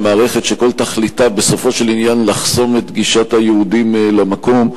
מערכת שכל תכליתה בסופו של עניין לחסום את גישת היהודים למקום,